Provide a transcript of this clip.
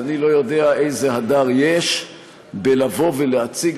אז אני לא יודע איזה הדר יש בלבוא ולהציג